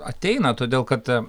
ateina todėl kad